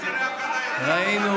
ראינו.